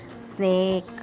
snake